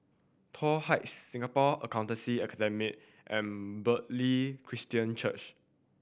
Toh Heights Singapore Accountancy Academy and Bartley Christian Church